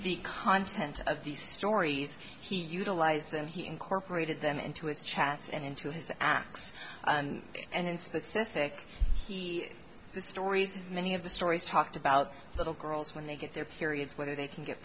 the content of the stories he utilized and he incorporated them into his chats and into his acts and in specific he the stories of many of the stories talked about little girls when they get their periods whether they can get